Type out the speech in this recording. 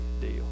deal